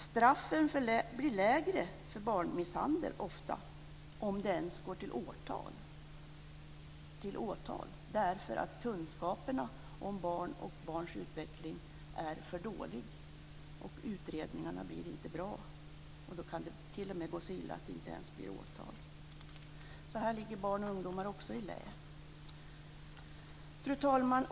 Straffen blir ofta lägre för barnmisshandel, om det ens går till åtal därför att kunskaperna om barn och barns utveckling är för dåliga. Utredningarna blir inte bra, och då kan det t.o.m. gå så illa att det inte ens blir något åtal. Så här ligger barn och ungdomar också i lä. Fru talman!